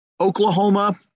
Oklahoma